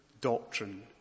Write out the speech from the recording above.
doctrine